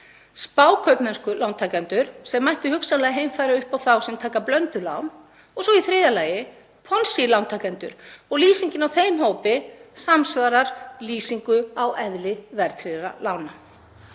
spákaupmennskulántakendur sem mætti hugsanlega heimfæra upp á þá sem taka blönduð lán og svo í þriðja lagi Ponzi-lántakendur og lýsingin á þeim hópi samsvarar lýsingu á eðli verðtryggðra lána.